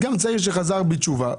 גם צעיר שחזר בתשובה,